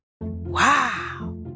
Wow